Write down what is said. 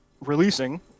releasing